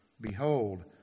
behold